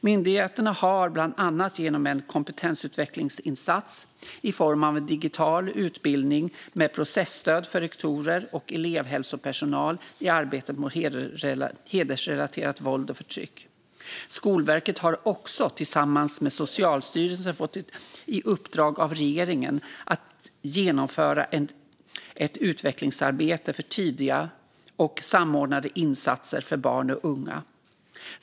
Myndigheten har bland annat genomfört en kompetensutvecklingsinsats i form av en digital utbildning med processtöd för rektorer och elevhälsopersonal i arbetet mot hedersrelaterat våld och förtryck. Skolverket har också tillsammans med Socialstyrelsen fått i uppdrag av regeringen att genomföra ett utvecklingsarbete för tidiga och samordnade insatser för barn och unga.